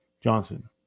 Johnson